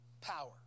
power